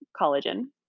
collagen